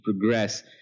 progress